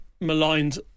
maligned